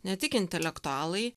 ne tik intelektualai